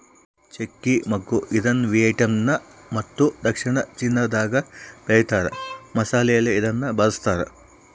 ಚಕ್ತ್ರ ಮಗ್ಗು ಇದನ್ನುವಿಯೆಟ್ನಾಮ್ ಮತ್ತು ದಕ್ಷಿಣ ಚೀನಾದಾಗ ಬೆಳೀತಾರ ಮಸಾಲೆಯಲ್ಲಿ ಇದನ್ನು ಬಳಸ್ತಾರ